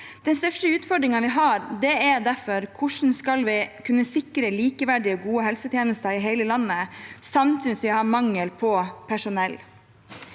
Den største utfordringen vi har, er derfor hvordan vi skal kunne sikre likeverdige og gode helsetjenester i hele landet samtidig som vi har mangel på personell.